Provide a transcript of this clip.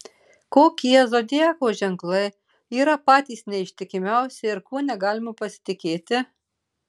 kokie zodiako ženklai yra patys neištikimiausi ir kuo negalima pasitikėti